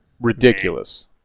Ridiculous